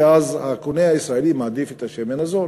ואז הקונה הישראלי מעדיף את השמן הזול.